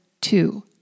two